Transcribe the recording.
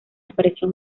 apareció